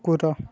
କୁକୁର